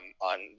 on